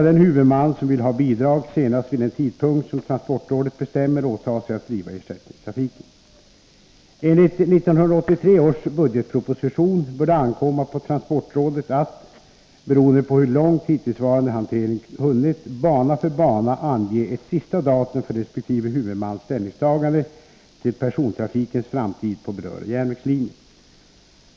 Enligt 1983 års budgetproposition bör det ankomma på transportrådet att — beroende på hur långt hittillsvarande hantering hunnit — bana för bana ange ett sista datum för resp. huvudmans ställningstagande till persontrafikens framtid på berörda järnvägslinjer.